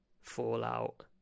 Fallout